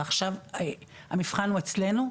ועכשיו המבחן הוא אצלנו,